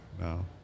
No